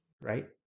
right